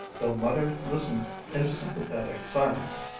though mother listened in a sympathetic silence,